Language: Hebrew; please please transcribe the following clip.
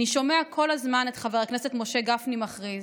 אני שומע כל הזמן את חבר הכנסת משה גפני, מכריז,